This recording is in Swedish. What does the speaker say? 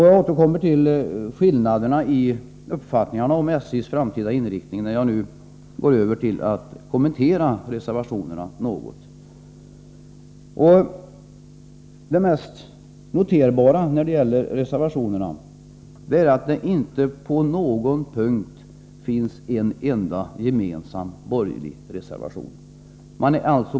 Jag återkommer till skillnaderna i uppfattningarna om SJ:s framtida inriktning, när jag nu går över till att något kommentera reservationerna. Det mest noterbara är att det inte på någon enda punkt finns en gemensam borgerlig reservation.